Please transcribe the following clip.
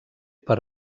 per